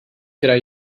good